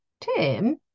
Tim